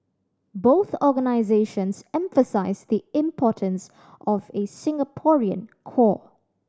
both organisations emphasise the importance of a Singaporean core